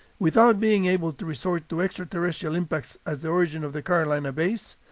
without being able to resort to extraterrestrial impacts as the origin of the carolina bays,